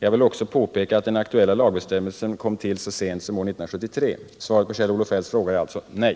Jag vill också påpeka att den aktuella lagbestämmelsen kom till så sent som år 1973. Svaret på Kjell-Olof Feldts fråga är alltså nej.